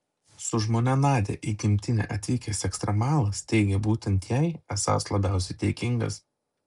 su žmona nadia į gimtinę atvykęs ekstremalas teigė būtent jai esąs labiausiai dėkingas